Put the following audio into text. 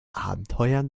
abenteuern